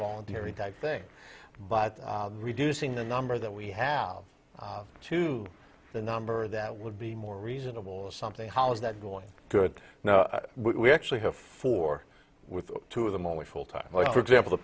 voluntary thing but reducing the number that we have to the number that would be more reasonable or something how is that going good now we actually have four with two of them only full time like for example the